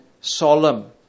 solemn